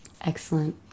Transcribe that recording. Excellent